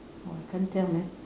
oh I can't tell man